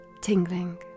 tingling